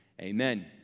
Amen